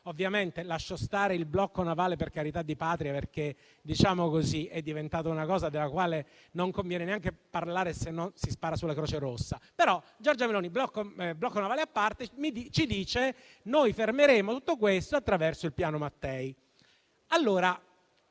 migrazioni? Lascio stare il blocco navale, per carità di Patria, perché è diventato una cosa della quale non conviene neanche parlare, altrimenti si spara sulla Croce Rossa. Ma Giorgia Meloni, blocco navale a parte, ci dice che noi fermeremo tutto questo attraverso il Piano Mattei.